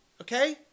Okay